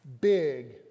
Big